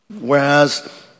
Whereas